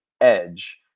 Edge